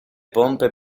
pompe